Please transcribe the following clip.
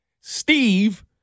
Steve